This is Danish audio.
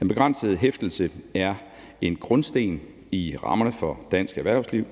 Den begrænsede hæftelse er en grundsten i rammerne for dansk erhvervsliv,